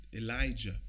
Elijah